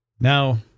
now